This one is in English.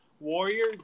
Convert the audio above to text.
Warriors